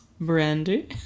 brandy